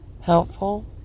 helpful